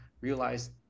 realize